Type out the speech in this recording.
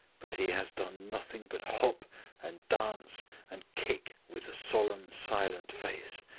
but he has done nothing but hop and dance and kick with a solemn silent face.